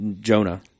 Jonah